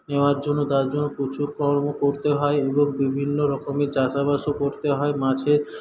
নেওয়ার জন্য তার জন্য প্রচুর কর্ম করতে হয় এবং বিভিন্ন রকমের চাষবাসও করতে হয় মাছের